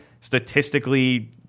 statistically